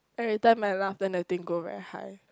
every time I laugh then the thing go very high